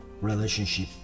relationship